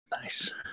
Nice